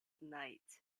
night